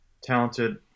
talented